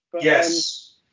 yes